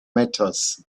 matters